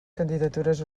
candidatures